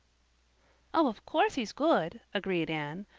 of course he's good, agreed anne,